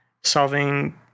solving